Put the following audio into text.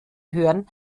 hören